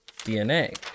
DNA